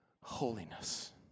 holiness